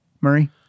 Murray